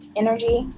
energy